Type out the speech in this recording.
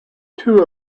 two